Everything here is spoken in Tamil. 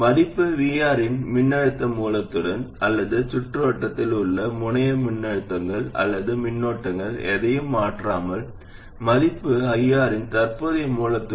மதிப்பு VR இன் மின்னழுத்த மூலத்துடன் அல்லது சுற்றுவட்டத்தில் உள்ள முனை மின்னழுத்தங்கள் அல்லது மின்னோட்டங்கள் எதையும் மாற்றாமல் மதிப்பு IR இன் தற்போதைய மூலத்துடன்